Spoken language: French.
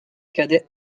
cadet